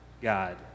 god